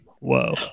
Whoa